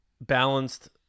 balanced